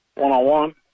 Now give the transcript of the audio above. one-on-one